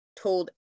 told